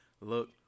look